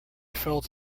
felt